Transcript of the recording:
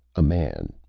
a man,